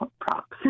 props